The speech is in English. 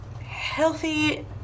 Healthy